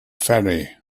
ferry